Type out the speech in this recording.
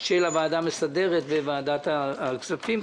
של הוועדה המסדרת בוועדת הכספים,